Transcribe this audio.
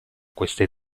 queste